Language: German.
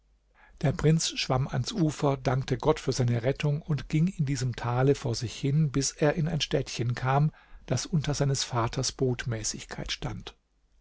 der prinz schwamm ans ufer dankte gott für seine rettung und ging in diesem tale vor sich hin bis er in ein städtchen kam das unter seines vaters botmäßigkeit stand